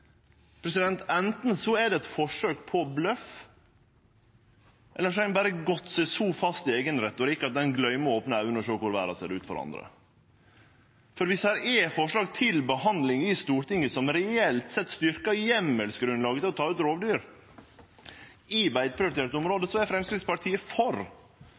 er det eit forsøk på bløff, eller så har ein berre gått seg så fast i eigen retorikk at ein gløymer å opne auga og sjå korleis verda ser ut for andre. For viss det er forslag til behandling i Stortinget som reelt sett styrkar heimelsgrunnlaget til å ta ut rovdyr i beiteprioriterte område, då er Framstegspartiet for.